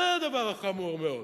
זה הדבר החמור מאוד.